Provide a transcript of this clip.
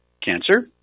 cancer